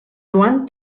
joan